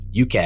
UK